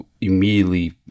immediately